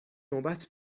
نوبت